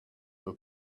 for